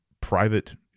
private